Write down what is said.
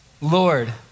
Lord